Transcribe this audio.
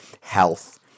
health